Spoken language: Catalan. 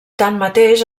tanmateix